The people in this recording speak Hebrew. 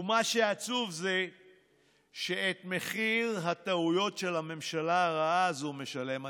ומה שעצוב זה שאת מחיר הטעויות של הממשלה הרעה הזאת משלם הציבור.